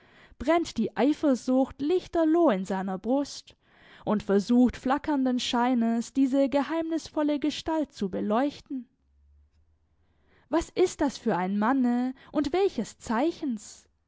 brennt die eifersucht lichterloh in seiner brust und versucht flackernden scheines diese geheimnisvolle gestalt zu beleuchten was ist das für ein manne und welches zeichens